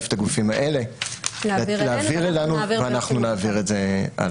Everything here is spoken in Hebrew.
את הגופים האלה להעביר אלינו ואנחנו נעביר את זה הלאה.